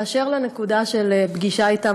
באשר לנקודה של פגישה אתם,